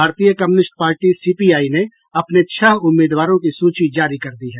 भारतीय communist party CPI ने अपने छह उम्मीदवारों की सूची जारी कर दी है